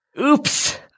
oops